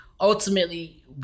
ultimately